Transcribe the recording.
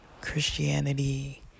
Christianity